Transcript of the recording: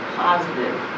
positive